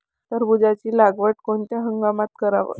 टरबूजाची लागवड कोनत्या हंगामात कराव?